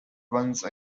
once